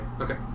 Okay